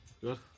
Good